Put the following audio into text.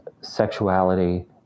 sexuality